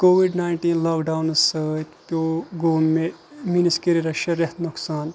covid ناین ٹیٖن لاکڈونہٕ سۭتۍ پیوو گوٚو مےٚ میٲنِس کیریرس شیٚے رٮ۪تھ نۄقصان